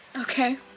Okay